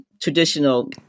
traditional